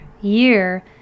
year